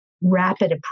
rapid